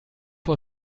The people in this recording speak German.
vor